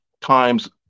times